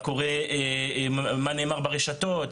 מה נאמר ברשתות,